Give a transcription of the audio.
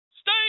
Stay